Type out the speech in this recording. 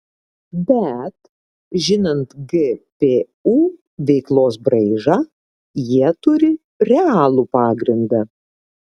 bet žinant gpu veiklos braižą jie turi realų pagrindą